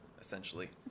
essentially